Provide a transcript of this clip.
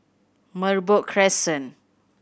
Merbok Crescent